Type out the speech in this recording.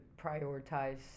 prioritize